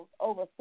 over